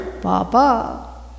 Papa